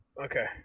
Okay